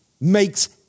makes